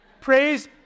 Praise